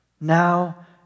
Now